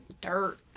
dirt